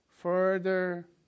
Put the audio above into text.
further